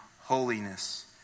holiness